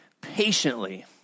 patiently